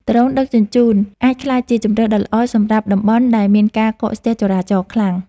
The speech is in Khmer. ដ្រូនដឹកជញ្ជូន អាចក្លាយជាជម្រើសដ៏ល្អសម្រាប់តំបន់ដែលមានការកកស្ទះចរាចរណ៍ខ្លាំង។